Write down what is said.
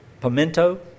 Pimento